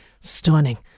Stunning